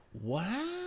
Wow